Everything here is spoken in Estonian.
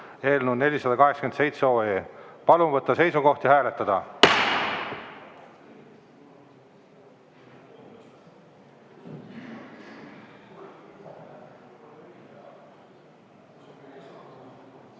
eelnõu 487 OE. Palun võtta seisukoht ja hääletada!